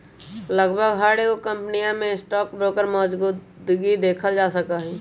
लगभग हर एगो कम्पनीया में स्टाक ब्रोकर मौजूदगी देखल जा सका हई